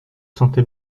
sentez